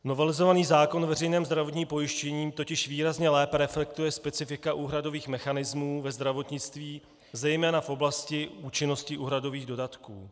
Novelizovaný zákon o veřejném zdravotním pojištění totiž výrazně lépe reflektuje specifika úhradových mechanismů ve zdravotnictví, zejména v oblasti účinnosti úhradových dodatků.